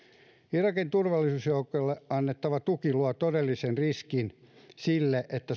irakin turvallisuusjoukoille annettava tuki luo todellisen riskin sille että